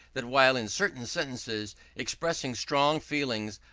that while in certain sentences expressing strong feeling,